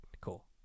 Cool